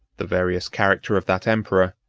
the various character of that emperor,